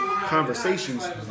conversations